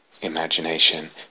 imagination